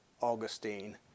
Augustine